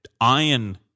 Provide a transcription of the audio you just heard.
iron